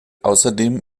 außerdem